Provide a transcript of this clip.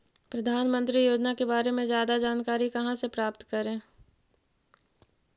प्रधानमंत्री योजना के बारे में जादा जानकारी कहा से प्राप्त करे?